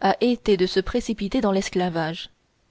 a été de se précipiter dans l'esclavage